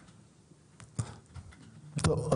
טוב,